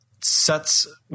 sets